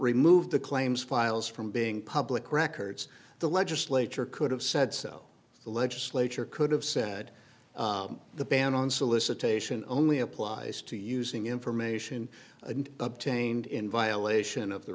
remove the claims files from being public records the legislature could have said so the legislature could have said the ban on solicitation only applies to using information obtained in violation of the